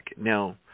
Now